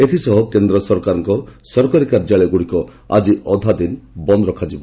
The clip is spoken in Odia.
ଏଥିସହ କେନ୍ଦ ସରକାରଙ୍କ ସରକାରୀ କାର୍ଯ୍ୟାଳୟଗୁଡ଼ିକ ଆଜି ଅଧାଦିନ ବନ୍ଦ୍ ରଖାଯିବ